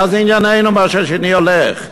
מה זה ענייננו, מה שהשני הולך?